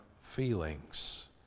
feelings